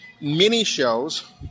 mini-shows